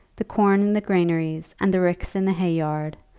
the corn in the granaries and the ricks in the hay-yard,